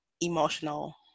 emotional